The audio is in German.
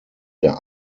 der